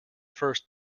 first